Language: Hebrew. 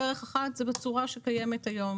דרך אחת זה בצורה שקיימת היום,